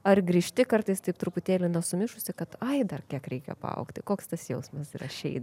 ar grįžti kartais taip truputėlį na sumišusi kad ai dar kiek reikia paaugti koks tas jausmas yra